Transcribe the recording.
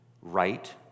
right